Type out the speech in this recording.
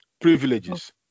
privileges